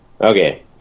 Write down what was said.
Okay